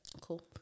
cool